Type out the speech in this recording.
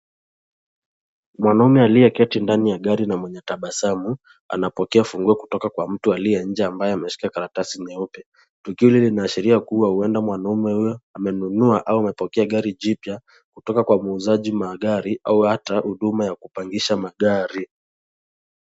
Mwanaume aliyeketi ndani ya gari na mwenye tabasamu anapokea funguo kutoka kwa mtu aliye nje ambaye ameshika karatasi nyeupe. Tukio hili linashiria kuwa huenda mwanaume huyu amenunua au amepokea gari jipya kutoka kwa muuzaji magari au hata huduma ya kupangisha magari.